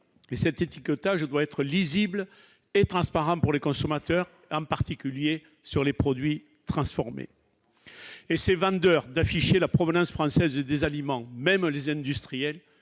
lequel doit être lisible et transparent pour les consommateurs, en particulier sur les produits transformés. Il est vendeur d'afficher la provenance française des aliments ; même les industriels